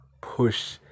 Push